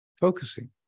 Focusing